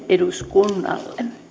eduskunnalle